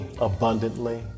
abundantly